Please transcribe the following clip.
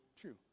true